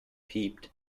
piept